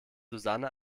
susanne